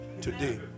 today